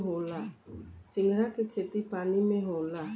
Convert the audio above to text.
सिंघाड़ा के खेती पानी में होला